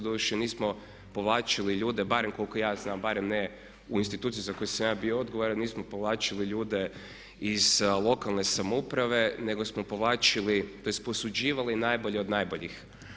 Doduše nismo povlačili ljude, barem koliko ja znam, barem ne u instituciji za koju sam ja bio odgovoran, nismo povlačili ljude iz lokalne samouprave nego smo povlačili, tj posuđivali najbolje od najboljih.